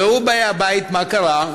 ראו, באי הבית, מה קרה: